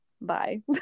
bye